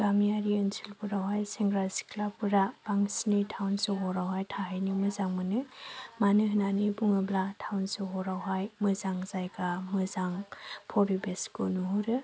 गामियारि ओनसोलफोरावहाय सेंग्रा सिख्लाफोरा बांसिनै थावन सोहोरावहाय थाहैनो मोजां मोनो मानो होननानै बुङोब्ला थावन सोहोरावहाय मोजां जायगा मोजां फरिबेसखौ नुहुरो